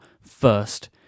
first